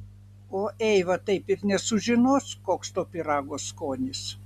o eiva taip ir nesužinos koks to pyrago skonis